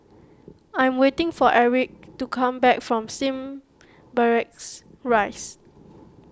I am waiting for Erich to come back from Slim Barracks Rise